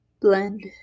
blend